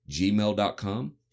gmail.com